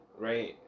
Right